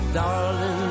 darling